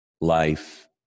life